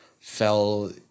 fell